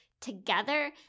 together